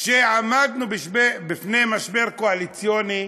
כשעמדנו בפני משבר קואליציוני,